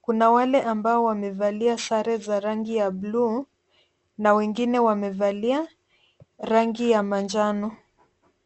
kuna wale ambao wamevalia sare za rangi ya buluu na wengine wamevalia rangi ya manjano.